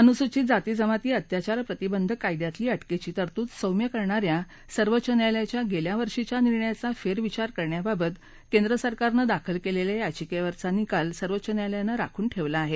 अनुसूचित जाती जमाती अत्याचार प्रतिबंधक कायद्यातली अटकेची तरतूद सौम्य करणाऱ्या सर्वोच्च न्यायालयाच्या गेल्या वर्षीच्या निर्णयाचा फेरविचार करण्याबाबत केंद्रसरकारनं दाखल केलेल्या याचिकेवरचा निकाल सर्वोच्च न्यायालयानं राखून ठेवला आहे